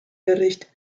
bericht